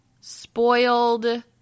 spoiled